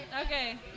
Okay